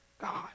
God